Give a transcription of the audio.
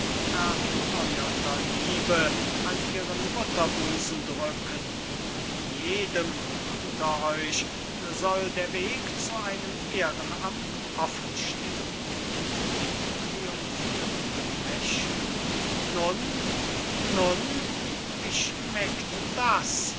liebe in ihren mutterschoos aufnehmen und jedem unter euch soll der weg zu einem ehren amt offen steh'n mit triumphirendem lächeln nun nun wie schmeckt das